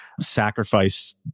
Sacrifice